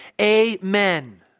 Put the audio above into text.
Amen